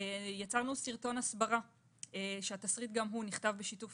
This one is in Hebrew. יצרנו סרטון הסברה והתסריט גם הוא נכתב בשיתוף